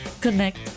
connect